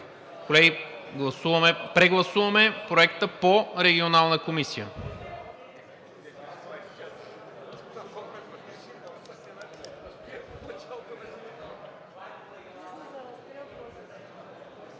Гласуваме Проекта по Регионална комисия.